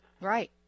right